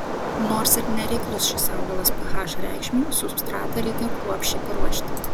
nors ir nereiklus šis augalas ph reikšmei substratą reikia kruopščiai paruošti